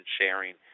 sharing